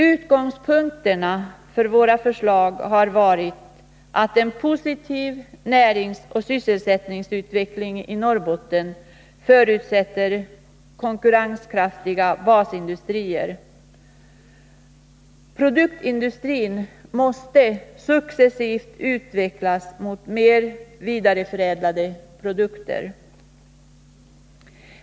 Utgångspunkterna för våra förslag har varit att en positiv näringsoch sysselsättningsutveckling i Norrbotten förutsätter konkurrenskraftiga basindustrier. Produktindustrin måste successivt utvecklas mot mer vidareförädlade produkter.